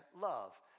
love